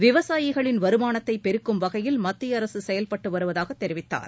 விவசாயிகளின் வருமானத்தை பெருக்கும் வகையில் மத்திய அரசு செயல்பட்டு வருவதாகத் தெரிவித்தார்